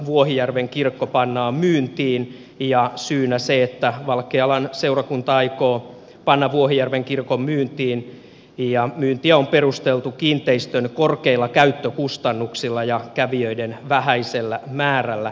vuohijärven kirkko pannaan myyntiin ja syynä se että valkealan seurakunta aikoo panna vuohijärven kirkon myyntiin ja myyntiä on perusteltu kiinteistön korkeilla käyttökustannuksilla ja kävijöiden vähäisellä määrällä